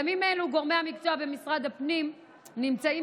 גורמי המקצוע במשרד הפנים נמצאים